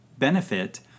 benefit